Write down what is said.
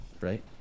Right